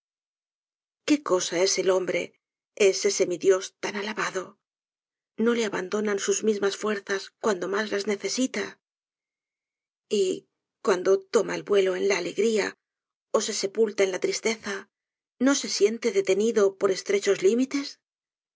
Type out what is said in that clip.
qué cosa es el hombre ese semi dios tan alabado no le abandonan sus mismas fuerzas cuando mas las necesita y cuando toma vuelo en la alegría ó se sepulta en la tristeza no se siente detenido por estrechos límites